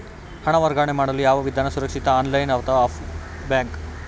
ಹಣ ವರ್ಗಾವಣೆ ಮಾಡಲು ಯಾವ ವಿಧಾನ ಸುರಕ್ಷಿತ ಆನ್ಲೈನ್ ಅಥವಾ ಬ್ಯಾಂಕ್?